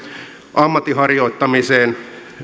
ammatin harjoittamiseen